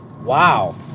Wow